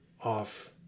off